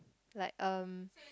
like um